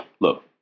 look